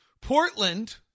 Portland